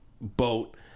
boat